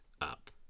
up